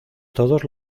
todos